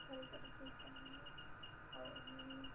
ବ୍ୟବହାର କରିକି ସେମାନେ ଆଉ ଅନ୍ୟାନ୍ୟ